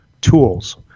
tools